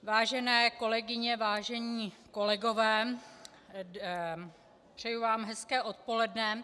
Vážené kolegyně, vážení kolegové, přeji vám hezké odpoledne.